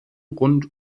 rund